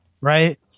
Right